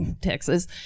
texas